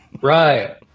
Right